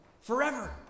Forever